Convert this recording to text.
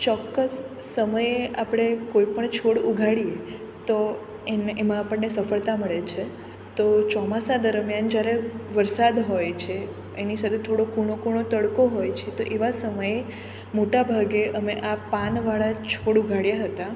ચોક્કસ સમયે આપળે કોઈ પણ છોડ ઉગાડીએ તો એમ એમાં આપણને સફળતા મળે છે તો ચોમાસા દરમિયાન જ્યારે વરસાદ હોય છે એની સાથે થોડો કૂણો કૂણો તડકો હોય છે તો એવા સમયે મોટા ભાગે અમે આ પાનવાળા છોડ ઉગાડ્યા હતા